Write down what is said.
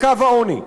לקו העוני.